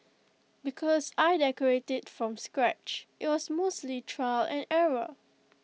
because I decorated from scratch IT was mostly trial and error